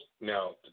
now